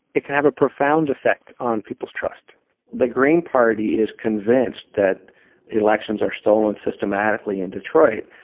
it can have a profound effect on people's trust the green party is convinced that elections are stolen systematically in detroit.